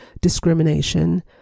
discrimination